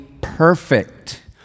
perfect